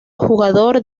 jugador